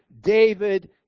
David